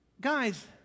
guys